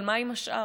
אבל מה עם השאר?